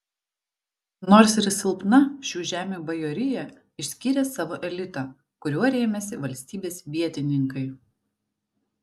nors ir silpna šių žemių bajorija išskyrė savo elitą kuriuo rėmėsi valstybės vietininkai